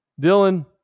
Dylan